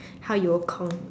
how you will con